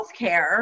healthcare